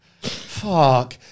fuck